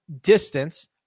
distance